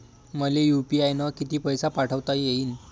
मले यू.पी.आय न किती पैसा पाठवता येईन?